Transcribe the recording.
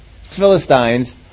Philistines